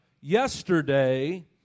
Yesterday